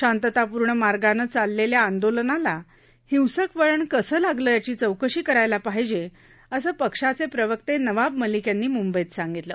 शांततापूर्ण मार्गानं चाललेल्या आंदोलनाला हिंसक वळण कसं लागलं याची चौकशी करायला पाहिजे असं पक्षाचे प्रवक्ते नवाब मलिक यांनी मुंबईत सांगितलं